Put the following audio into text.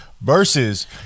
versus